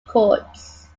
courts